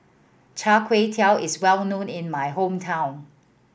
chai kway tow is well known in my hometown